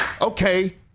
okay